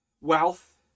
wealth